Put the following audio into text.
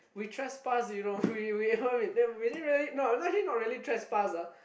we trespass you know we we uh then we didn't really no not actually not really trespass ah